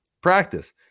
practice